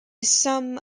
some